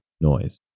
noise